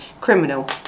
criminal